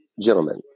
gentlemen